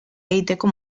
egiteko